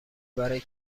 برای